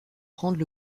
rendent